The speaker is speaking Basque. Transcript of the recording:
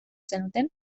zenuten